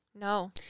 No